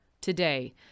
Today